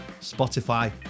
spotify